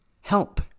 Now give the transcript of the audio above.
Help